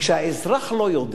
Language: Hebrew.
כשהאזרח לא יודע,